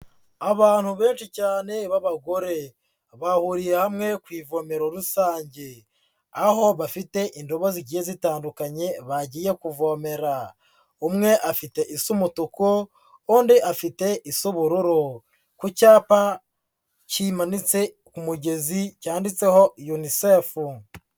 Abantu benshi cyane b'abagore bahuriye hamwe ku ivomero rusange, aho bafite indobo zigiye zitandukanye bagiye kuvomera, umwe afite isa umutuku undi afite isa ubururu, ku cyapa kimanitse ku mugezi cyanditseho UNICEF.